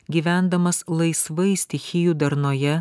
gyvendamas laisvai stichijų darnoje